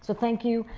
thank you,